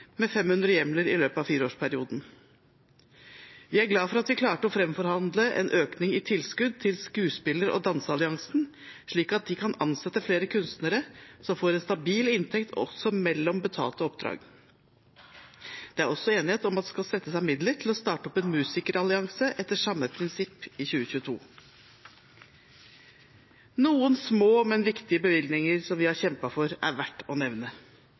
med 500 hjemler i løpet av fireårsperioden. Vi er glad for at vi klarte å framforhandle en økning i tilskuddet til Skuespiller- og danseralliansen, slik at de kan ansette flere kunstnere som får en stabil inntekt også mellom betalte oppdrag. Det er også enighet om at det skal settes av midler til å starte opp en musikerallianse etter samme prinsipp i 2022. Noen små, men viktige bevilgninger som vi har kjempet for, er verdt å nevne.